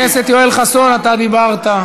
חבר הכנסת יואל חסון, דיברת.